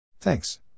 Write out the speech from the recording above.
Thanks